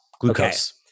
glucose